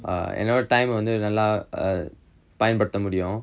another time வந்து நல்லா பயன்படுத்த முடியும்:vanthu nallaa payanpadutha mudiyum